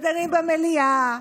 ודנים במליאה,